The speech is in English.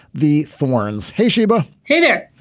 the thorns. hey sheba. hey there.